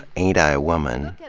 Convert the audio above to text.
ain't i a woman,